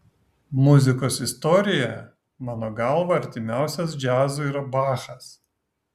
muzikos istorijoje mano galva artimiausias džiazui yra bachas